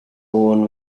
born